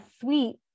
sweet